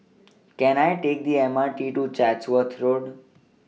Can I Take The M R T to Chatsworth Road